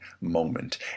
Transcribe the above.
moment